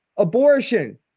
Abortion